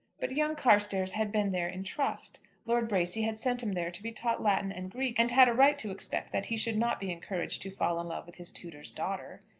but young carstairs had been there in trust. lord bracy had sent him there to be taught latin and greek, and had a right to expect that he should not be encouraged to fall in love with his tutor's daughter.